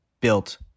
built